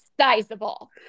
sizable